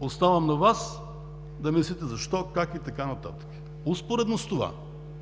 Оставам на Вас да мислите защо, как и така нататък. Успоредно с това